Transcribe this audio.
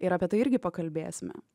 ir apie tai irgi pakalbėsime